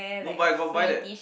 no but I got buy that